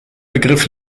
begriff